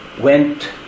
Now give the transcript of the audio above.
went